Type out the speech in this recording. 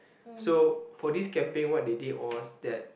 so for this campaign what they did was that